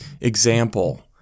example